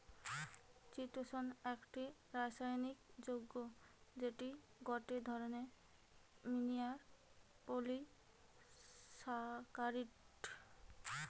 চিতোষণ একটি রাসায়নিক যৌগ্য যেটি গটে ধরণের লিনিয়ার পলিসাকারীদ